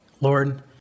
Lord